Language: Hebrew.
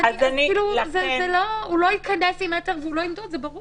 הוא לא ייכנס עם מטר והוא לא ימדוד, זה ברור.